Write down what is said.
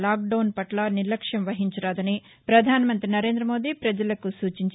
lockdown పట్ల నిర్లక్ష్యం వహించరాదని పధాన మంతి నరేంద మోదీ పజలకు సూచించారు